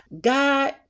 God